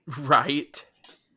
Right